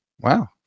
Wow